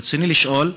ברצוני לשאול: